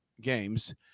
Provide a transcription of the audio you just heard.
games